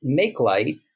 makelight